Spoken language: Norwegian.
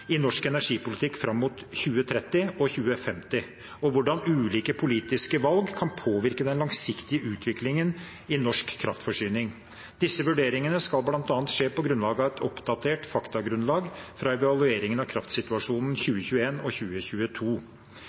i norsk energipolitikk fram mot 2030 og 2050, og hvordan ulike politiske valg kan påvirke den langsiktige utviklingen i norsk kraftforsyning. Disse vurderingene skal bl.a. skje på grunnlag av et oppdatert faktagrunnlag fra evalueringen av kraftsituasjonen i 2021 og 2022.